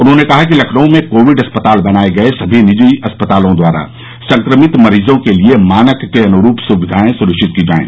उन्होंने कहा कि लखनऊ में कोविड अस्पताल बनाये गये सभी निजी अस्पतालों द्वारा संक्रमित मरीजों के लिए मानक के अनुरूप सुविधायें सुनिश्चित की जायें